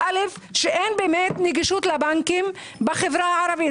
שאין באמת נגישות לבנקים בחברה הערבית,